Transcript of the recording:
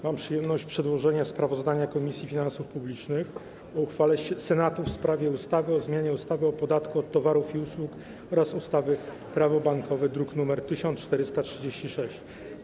Mam przyjemność przedłożyć sprawozdanie Komisji Finansów Publicznych o uchwale Senatu w sprawie ustawy o zmianie ustawy o podatku od towarów i usług oraz ustawy - Prawo bankowe, druk nr 1436.